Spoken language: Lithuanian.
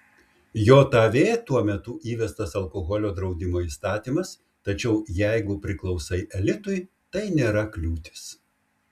jav tuo metu įvestas alkoholio draudimo įstatymas tačiau jeigu priklausai elitui tai nėra kliūtis